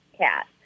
cat